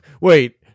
Wait